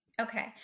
Okay